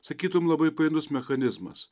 sakytum labai painus mechanizmas